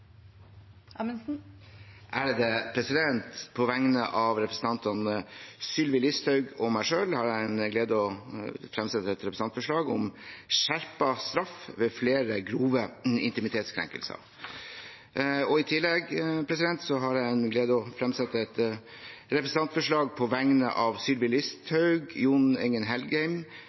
På vegne av representanten Sylvi Listhaug og meg selv har jeg den glede å fremsette et representantforslag om skjerpet straff ved flere grove integritetskrenkelser. I tillegg har jeg den glede å fremsette et representantforslag på vegne av Sylvi Listhaug, Jon